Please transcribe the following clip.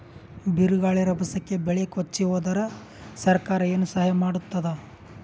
ಬಿರುಗಾಳಿ ರಭಸಕ್ಕೆ ಬೆಳೆ ಕೊಚ್ಚಿಹೋದರ ಸರಕಾರ ಏನು ಸಹಾಯ ಮಾಡತ್ತದ?